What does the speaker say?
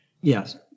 Yes